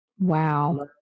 Wow